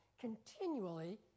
continually